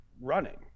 running